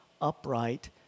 upright